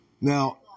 Now